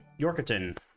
Yorkerton